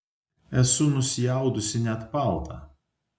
esu nusiaudusi net paltą